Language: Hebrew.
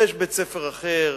ויש בית-ספר אחר